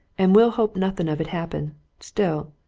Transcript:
and we'll hope nothing of it happened. still